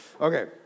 Okay